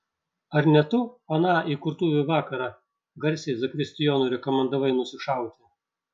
ar ne tu aną įkurtuvių vakarą garsiai zakristijonui rekomendavai nusišauti